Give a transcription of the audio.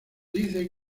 dice